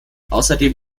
außerdem